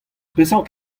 peseurt